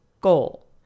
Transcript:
goal